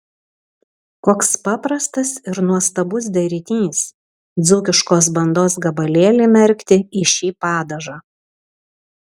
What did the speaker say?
koks paprastas ir nuostabus derinys dzūkiškos bandos gabalėlį merkti į šį padažą